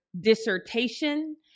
dissertation